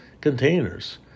containers